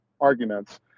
arguments